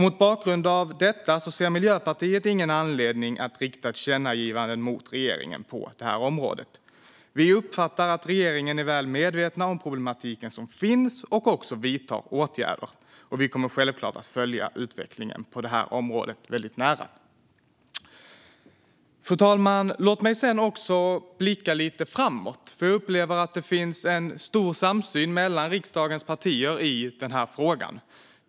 Mot bakgrund av detta ser Miljöpartiet ingen anledning att rikta ett tillkännagivande till regeringen på det här området. Vi uppfattar att regeringen är väl medveten om den problematik som finns och även vidtar åtgärder, och vi kommer självklart att följa utvecklingen på det här området väldigt nära. Fru talman! Låt mig sedan också blicka lite framåt. Jag upplever nämligen att det finns en stor samsyn mellan riksdagens partier i den här frågan.